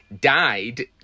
died